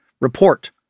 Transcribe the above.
Report